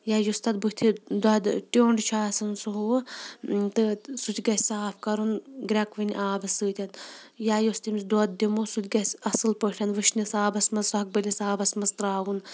یا یُس تَتھ بٔتھِ دۄدٕ ٹیوٚنٛڈ چھِ آسان سُہ ہُہ تہٕ سُہ تہِ گژھِ صاف کَرُن گرٛیٚکہٕ ؤنۍ آبہٕ سۭتۍ یا یُس تٔمِس دۄد دِمو سُہ تہِ گژھِ اَصٕل پٲٹھۍ وُشنِس آبَس منٛز سۄکھبٔلِس آبَس منٛز ترٛاوُن